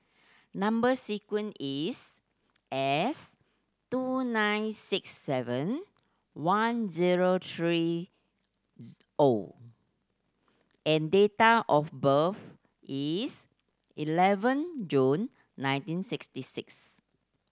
number sequence is S two nine six seven one zero three O and date of birth is eleven June nineteen sixty six